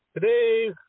today